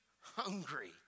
hungry